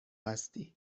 هستی